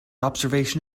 observation